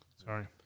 Sorry